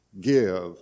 give